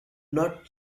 not